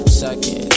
second